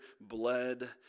bled